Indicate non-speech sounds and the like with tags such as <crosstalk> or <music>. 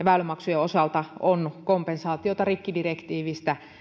<unintelligible> väylämaksujen osalta on kompensaatiota rikkidirektiivistä